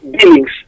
beings